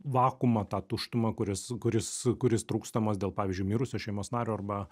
vakuumą tą tuštumą kuris kuris kuris trūkstamas dėl pavyzdžiui mirusio šeimos nario arba